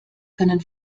können